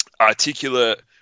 articulate